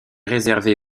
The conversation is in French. réservé